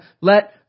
let